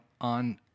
on